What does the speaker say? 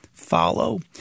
Follow